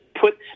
put